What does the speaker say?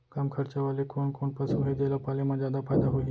कम खरचा वाले कोन कोन पसु हे जेला पाले म जादा फायदा होही?